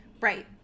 right